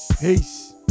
peace